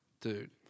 Dude